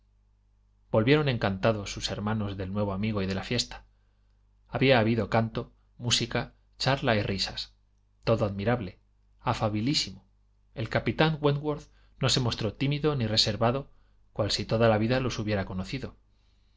volvieron encantados sus hermanas del nuevo amigo y de la fiesta había habido canto música charla y risa todo admirable afabilísimo el capitán wentworth no se mostró tímido ni reservado cual si toda la vida los hubiera conocido al